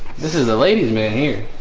this is a ladies man here